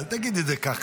אל תגידי את זה ככה.